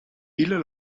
ile